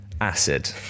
acid